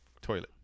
toilet